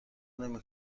نمی